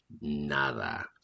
nada